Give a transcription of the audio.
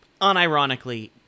unironically